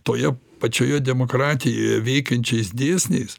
toje pačioje demokratijoje veikiančiais dėsniais